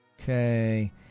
Okay